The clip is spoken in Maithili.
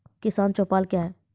किसान चौपाल क्या हैं?